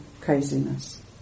craziness